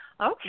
Okay